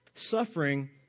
Suffering